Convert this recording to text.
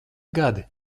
gadi